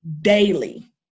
daily